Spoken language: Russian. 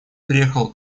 приехал